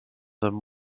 them